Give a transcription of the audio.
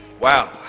Wow